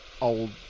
old